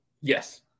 Yes